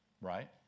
right